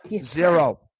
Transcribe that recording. Zero